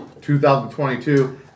2022